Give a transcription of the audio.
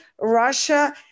Russia